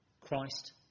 Christ